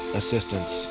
assistance